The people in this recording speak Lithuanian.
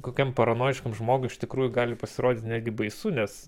kokiam paranojiškam žmogui iš tikrųjų gali pasirodyti netgi baisu nes